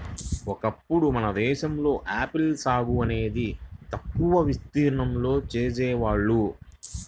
ఒకప్పుడు మన దేశంలో ఆపిల్ సాగు అనేది తక్కువ విస్తీర్ణంలో చేసేవాళ్ళు